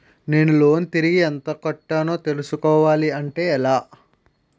నేను లోన్ తిరిగి ఎంత కట్టానో తెలుసుకోవాలి అంటే ఎలా?